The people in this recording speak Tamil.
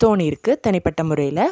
தோணியிருக்கு தனிப்பட்ட முறையில்